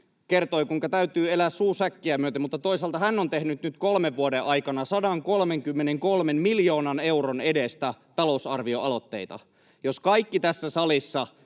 kertoi, kuinka täytyy elää suu säkkiä myöten, mutta toisaalta hän on tehnyt nyt kolmen vuoden aikana 133 miljoonan euron edestä talousarvioaloitteita. Jos kaikki tässä salissa